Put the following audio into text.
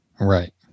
Right